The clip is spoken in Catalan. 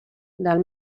del